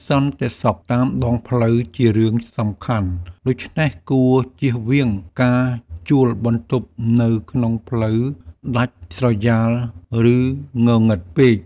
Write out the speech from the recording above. សន្តិសុខតាមដងផ្លូវជារឿងសំខាន់ ដូច្នេះគួរជៀសវាងការជួលបន្ទប់នៅក្នុងផ្លូវដាច់ស្រយាលឬងងឹតពេក។